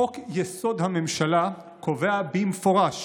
חוק-יסוד: הממשלה קובע במפורש